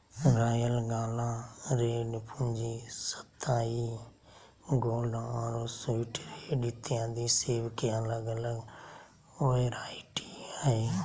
royal gala, red Fuji, सताई gold आरो sweet red इत्यादि सेब के अलग अलग वैरायटी हय